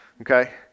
okay